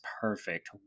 perfect